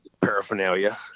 paraphernalia